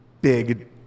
big